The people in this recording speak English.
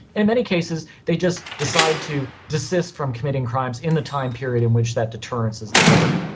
in many cases they just decide to desist from committing crimes in the time period in which that deterrence is delivered.